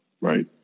right